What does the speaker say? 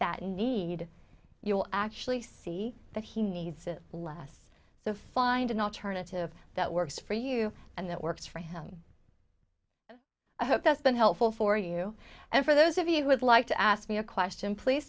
that need you'll actually see that he needs it less so find an alternative that works for you and that works for him and i hope that's been helpful for you and for those of you who would like to ask me a question please